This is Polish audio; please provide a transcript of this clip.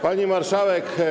Pani Marszałek!